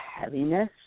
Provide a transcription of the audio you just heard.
heaviness